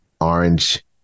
orange